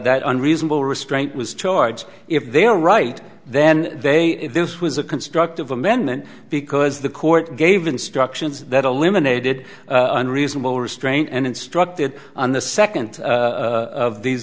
that unreasonable restraint was charged if they are right then they this was a constructive amendment because the court gave instructions that eliminated unreasonable restraint and instructed on the second of these